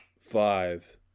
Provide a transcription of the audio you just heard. Five